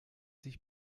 sich